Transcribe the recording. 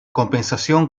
compensación